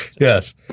Yes